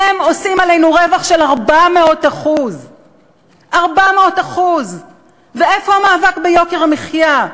הם עושים עלינו רווח של 400%. 400%. ואיפה המאבק ביוקר המחיה?